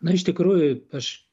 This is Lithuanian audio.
na iš tikrųjų aš